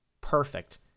perfect